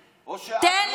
או שאת רואה רק דבר אחד.